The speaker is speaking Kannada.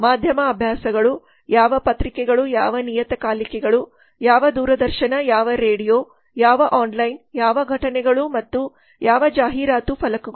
ಮಾಧ್ಯಮ ಅಭ್ಯಾಸಗಳು ಯಾವ ಪತ್ರಿಕೆಗಳು ಯಾವ ನಿಯತಕಾಲಿಕೆಗಳು ಯಾವ ದೂರದರ್ಶನ ಯಾವ ರೇಡಿಯೋ ಯಾವ ಆನ್ಲೈನ್ ಯಾವ ಘಟನೆಗಳು ಮತ್ತು ಯಾವ ಜಾಹೀರಾತು ಫಲಕಗಳು